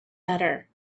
better